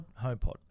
HomePod